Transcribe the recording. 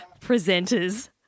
presenters